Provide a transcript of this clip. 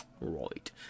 right